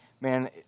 Man